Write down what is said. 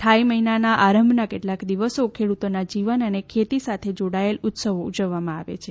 થાઈ મહિનાના આરંભના કેટલાંક દિવસો ખેડૂતોના જીવન અને ખેતી સાથે જોડાયેલ ઉત્સવો ઉજવવામાં આવે છે